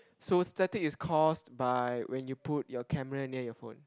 so static is caused by when you put your camera near your phone